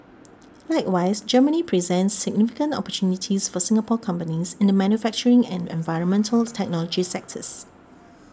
likewise Germany presents significant opportunities for Singapore companies in the manufacturing and environmental technology sectors